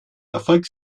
erfolg